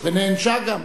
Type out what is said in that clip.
ונענשה גם.